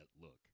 look